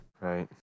Right